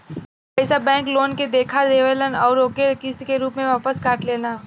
ई पइसा bank loan के लेखा देवेल अउर ओके किस्त के रूप में वापस काट लेला